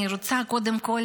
אני רוצה קודם כול